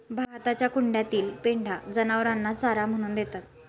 भाताच्या कुंड्यातील पेंढा जनावरांना चारा म्हणून देतात